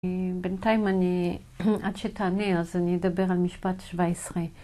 בינתיים, עד שתענה, אז אני אדבר על משפט 17.